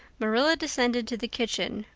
marilla descended to the kitchen,